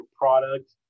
product